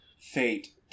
Fate